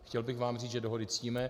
Chtěl bych vám říct, že dohody ctíme.